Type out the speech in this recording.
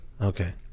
Okay